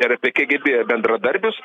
ir apie kgb bendradarbius